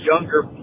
younger